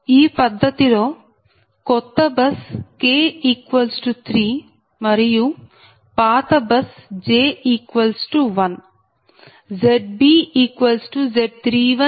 ఈ స్థితిలో కొత్త బస్ k 3 మరియు పాత బస్ j 1 ZbZ310